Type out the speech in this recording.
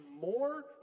more